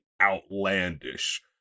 outlandish